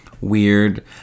weird